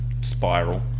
Spiral